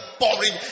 boring